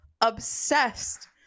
obsessed